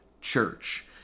Church